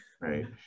Right